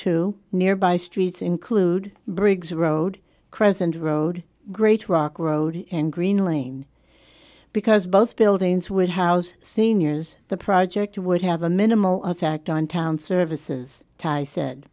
two nearby streets include briggs road crescent road great rock road and green lane because both buildings would house seniors the project would have a minimal effect on town services